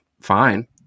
fine